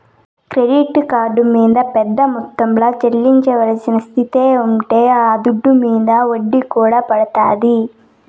credit card మింద పెద్ద మొత్తంల చెల్లించాల్సిన స్తితే ఉంటే ఆ దుడ్డు మింద ఒడ్డీ కూడా పడతాది